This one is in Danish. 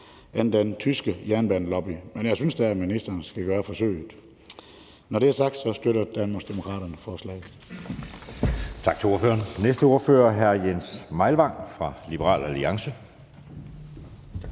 end den tyske jernbanelobby, men jeg synes da, at ministeren skal gøre forsøget. Når det er sagt, støtter Danmarksdemokraterne forslaget.